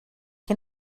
què